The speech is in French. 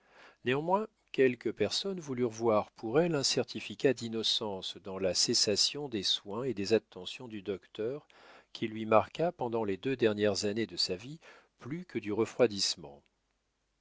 néanmoins quelques personnes voulurent voir pour elle un certificat d'innocence dans la cessation des soins et des attentions du docteur qui lui marqua pendant les deux dernières années de sa vie plus que du refroidissement